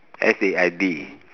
S A I D